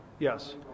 Yes